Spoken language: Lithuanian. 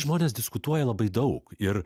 žmonės diskutuoja labai daug ir